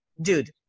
dude